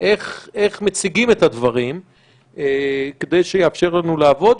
איך מציגים את הדברים כדי שיאפשר לנו לעבוד,